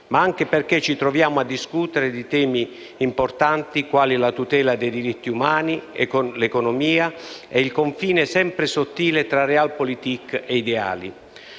ma anche perché ci troviamo a discutere di temi importanti, quali la tutela dei diritti umani, l'economia e il confine sempre sottile tra *Realpolitik* e ideali.